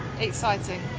exciting